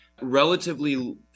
relatively